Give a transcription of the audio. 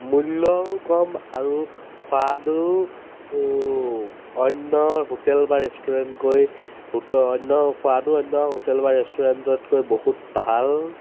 মূল্যও কম আৰু সোৱাদো অন্য হোটেল বা ৰেষ্টুৰেণ্টকৈ হো অন্য সোৱাদো অন্য হোটেল বা ৰেষ্টুৰেণ্টতকৈ বহুত ভাল